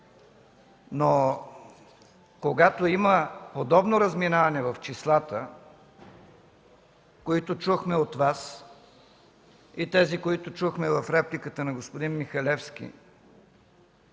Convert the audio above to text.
обаче има подобно разминаване в числата, които чухме от Вас, и тези, които чухме в репликата на господин Михалевски,